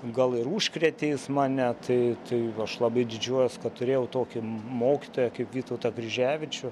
gal ir užkrėtė jis mane tai tai aš labai didžiuojuos kad turėjau tokį mokytoją kaip vytautą kryževičių